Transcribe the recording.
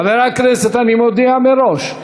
חבר הכנסת אורן אסף חזן,